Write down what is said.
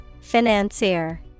Financier